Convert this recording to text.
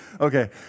Okay